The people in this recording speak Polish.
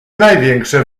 największe